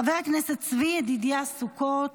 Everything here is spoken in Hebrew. ח"כ צבי ידידיה סוכות,